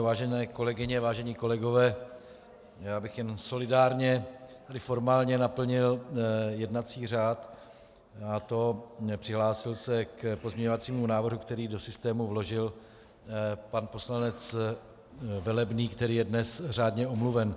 Vážené kolegyně, vážení kolegové, já bych jen solidárně i formálně naplnil jednací řád, a to přihlásil se k pozměňovacímu návrhu, který do systému vložil pan poslanec Velebný, který je dnes řádně omluven.